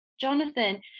Jonathan